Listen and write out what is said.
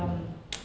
mm